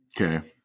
Okay